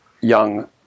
young